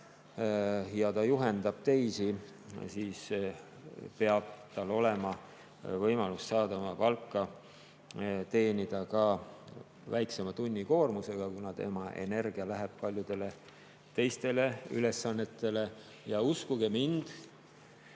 ja ta juhendab teisi, siis peab tal olema võimalus oma palka teenida ka väiksema tunnikoormusega, kuna tema energia läheb paljudele teistele ülesannetele. Ja uskuge mind,